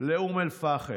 לאום אל-פחם.